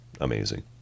amazing